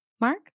Mark